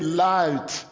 light